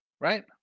right